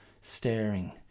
staring